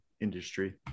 industry